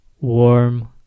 warm